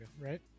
right